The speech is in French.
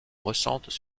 ressentent